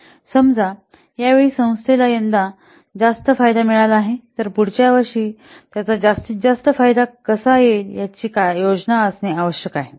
समजा या वेळी संस्थेला यंदा जास्त फायदा मिळाला आहे तर पुढच्या वर्षी त्याचा जास्तीत जास्त फायदा कसा घ्यावा याची त्यांची योजना असणे आवश्यक आहे